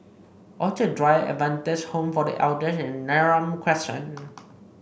Orchid Drive Adventist Home for The Elders and Neram Crescent